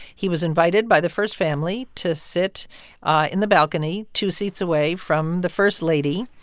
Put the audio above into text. he was invited by the first family to sit in the balcony two seats away from the first lady.